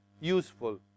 useful